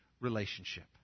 relationship